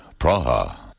Praha